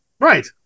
Right